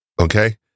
Okay